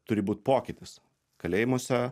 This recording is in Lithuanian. turi būt pokytis kalėjimuose